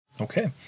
Okay